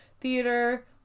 Theater